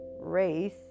race